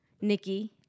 Nikki